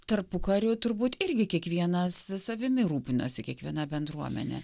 tarpukariu turbūt irgi kiekvienas savimi rūpinosi kiekviena bendruomenė